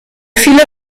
viele